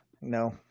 No